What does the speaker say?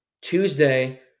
Tuesday